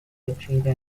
piacere